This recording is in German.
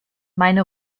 meine